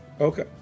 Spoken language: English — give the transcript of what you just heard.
Okay